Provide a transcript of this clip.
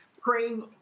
praying